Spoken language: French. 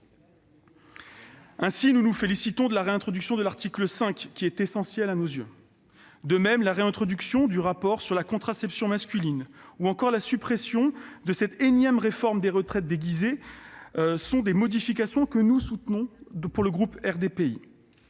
Nous nous félicitons ainsi de la réintroduction de l'article 5, essentiel à nos yeux. De même, la réintroduction du rapport sur la contraception masculine ou encore la suppression de la énième réforme des retraites déguisée sont des modifications que le groupe RDPI